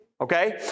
Okay